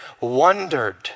wondered